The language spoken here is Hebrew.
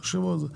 תחשבו על זה.